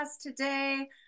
today